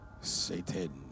Satan